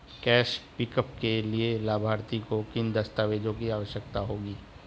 Cash pickup के लिए लाभार्थी को किन दस्तावेजों की आवश्यकता होगी?